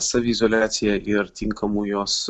saviizoliacija ir tinkamu jos